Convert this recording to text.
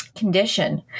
Condition